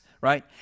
right